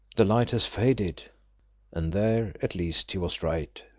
the light has faded and there at least he was right,